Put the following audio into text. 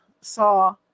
saw